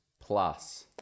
Plus